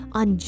on